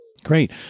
Great